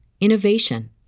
innovation